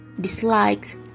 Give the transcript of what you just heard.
dislikes